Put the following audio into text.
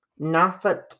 Nafat